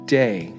day